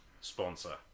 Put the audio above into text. sponsor